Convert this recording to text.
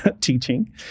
teaching